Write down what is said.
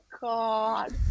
god